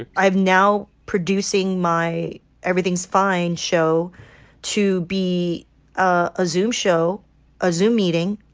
ah i am now producing my everything's fine show to be a zoom show a zoom meeting.